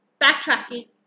backtracking